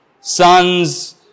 Sons